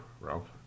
ralph